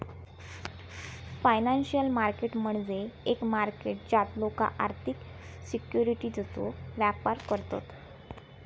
financial market म्हणजे एक market ज्यात लोका आर्थिक सिक्युरिटीजचो व्यापार करतत